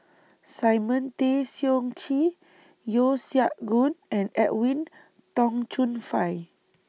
Simon Tay Seong Chee Yeo Siak Goon and Edwin Tong Chun Fai